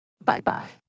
Bye-bye